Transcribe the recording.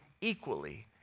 equally